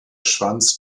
schwanz